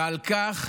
ועל כך